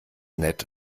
nett